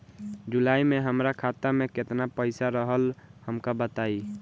जुलाई में हमरा खाता में केतना पईसा रहल हमका बताई?